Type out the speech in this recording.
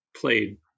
played